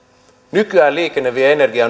nykyään liikenne vie energiaa